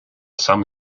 some